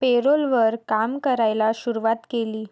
payroll वर काम करायला शुरुवात केले